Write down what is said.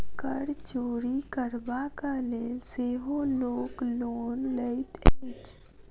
कर चोरि करबाक लेल सेहो लोक लोन लैत अछि